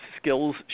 skills